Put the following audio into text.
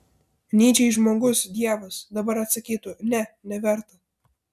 nyčei žmogus dievas dabar atsakytų ne neverta